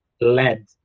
led